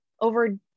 over